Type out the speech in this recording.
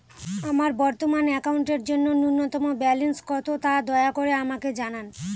আমার বর্তমান অ্যাকাউন্টের জন্য ন্যূনতম ব্যালেন্স কত, তা দয়া করে আমাকে জানান